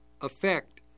effect